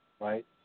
Right